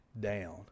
down